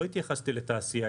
לא התייחסתי לתעשייה.